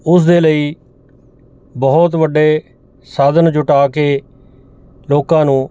ਉਸਦੇ ਲਈ ਬਹੁਤ ਵੱਡੇ ਸਾਧਨ ਜੁਟਾ ਕੇ ਲੋਕਾਂ ਨੂੰ